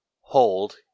hold